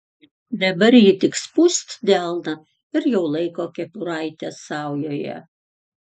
dabar ji tik spust delną ir jau laiko kepuraitę saujoje